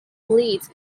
leads